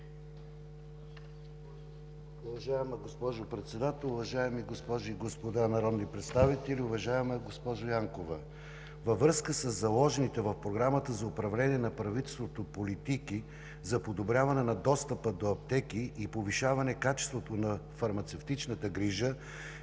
Уважаема госпожо Председател, уважаеми госпожи и господа народни представители! Уважаема госпожо Янкова, във връзка със заложените в програмата за управление на правителството политики за подобряване на достъпа до аптеки и повишаване качеството на фармацевтичната грижа